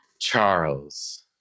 Charles